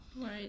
Right